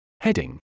Heading